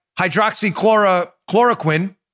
hydroxychloroquine